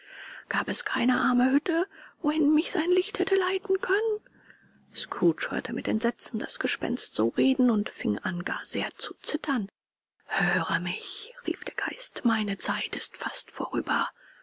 gab es keine arme hütte wohin mich sein licht hätte leiten können scrooge hörte mit entsetzen das gespenst so reden und fing an gar sehr zu zittern höre mich rief der geist meine zeit ist fast vorüber